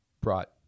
brought